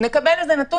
נקבל נתון